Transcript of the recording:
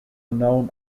unknown